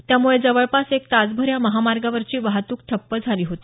त्यामुळे जवळपास एक तासभर या महामार्गावरची वाहतूक ठप्प झाली होती